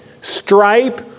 stripe